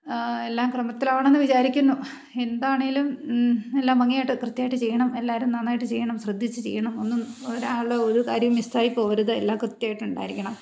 എല്ലാം ക്രമത്തിലാണെന്ന് വിചാരിക്കുന്നു എന്താണെങ്കിലും എല്ലാം ഭംഗിയായിട്ട് കൃത്യമായിട്ട് ചെയ്യണം എല്ലാവരും നന്നായിട്ട് ചെയ്യണം ശ്രദ്ധിച്ചു ചെയ്യണം ഒന്നും ഒരാളും ഒരു കാര്യവും മിസ്സായിപ്പോവരുത് എല്ലാം കൃത്യമായിട്ടുണ്ടായിരിക്കണം